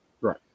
Right